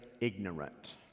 ignorant